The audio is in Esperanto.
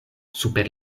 super